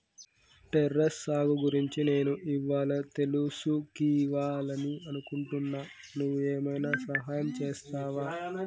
terrace సాగు గురించి నేను ఇవ్వాళా తెలుసుకివాలని అనుకుంటున్నా నువ్వు ఏమైనా సహాయం చేస్తావా